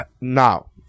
Now